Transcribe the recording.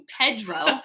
Pedro